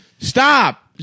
Stop